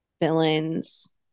villains